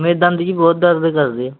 ਮੇਰੇ ਦੰਦ ਜੀ ਬਹੁਤ ਦਰਦ ਕਰਦੇ ਆ